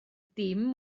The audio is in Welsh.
dim